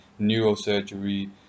neurosurgery